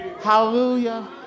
Hallelujah